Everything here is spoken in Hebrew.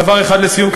דבר אחד לסיום.